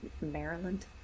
Maryland